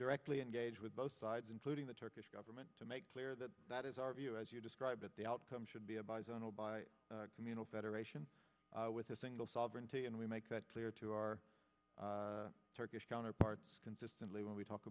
directly engage with both sides including the turkish government to make clear that that is our view as you describe it the outcome should be a by zone or by communal federation with a single sovereignty and we make that clear to our turkish counterparts consistently when we talk